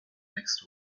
next